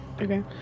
Okay